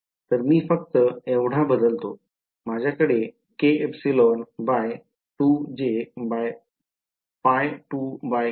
तर मी फक्त एवढा बदलतो माझ्याकडे kε2jπ2k εdθ आहे